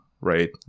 right